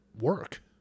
work